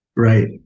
Right